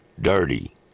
dirty